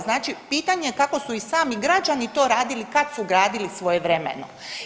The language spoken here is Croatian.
Znači pitanje kako su i sami građani to radili kad su gradili svojevremeno.